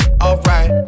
alright